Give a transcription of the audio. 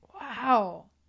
Wow